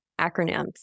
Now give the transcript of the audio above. acronyms